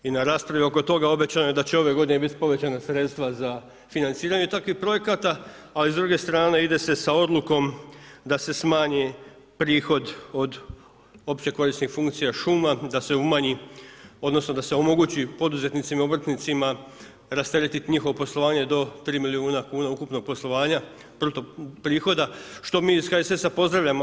I na raspravi oko toga obećano je da će ove godine biti povećana sredstva za financiranje takvih projekata, ali s druge strane ide s odlukom da se smanji prihod od opće korisnih funkcija šuma, da se omogući poduzetnicima obrtnicima rasteretiti njihovo poslovanje do 3 milijuna kuna ukupnog poslovanja bruto prihoda što mi iz HSS pozdravljamo.